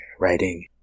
writing